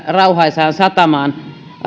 rauhaisaan satamaan